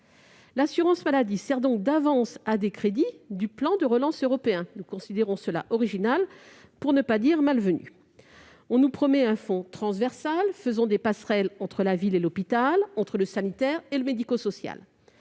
L'assurance maladie sert donc d'avance à des crédits du plan de relance européen. Nous considérons que cela est original, pour ne pas dire mal venu. On nous promet un fonds transversal visant à lancer des passerelles entre la ville et l'hôpital, entre le sanitaire et le médico-social.